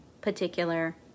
particular